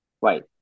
wait